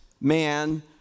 man